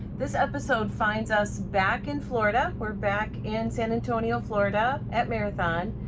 this episode finds us back in florida. we're back in san antonio, florida at marathon,